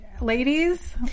Ladies